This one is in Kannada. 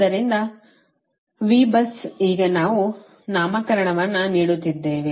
ಆದ್ದರಿಂದ Vbus ಈಗ ನಾವು ನಾಮಕರಣವನ್ನು ನೀಡುತ್ತಿದ್ದೇವೆ